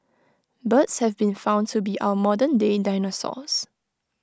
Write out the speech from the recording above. birds have been found to be our modern day dinosaurs